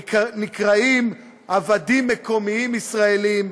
נקראים "עבדים מקומיים ישראלים",